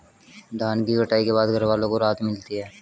धान की कटाई के बाद घरवालों को राहत मिलती है